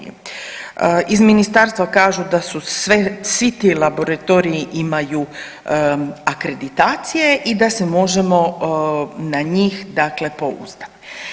Iz Ministarstva kažu da su sve, svi ti laboratoriji imaju akreditacije i da se možemo na njih dakle pouzdati.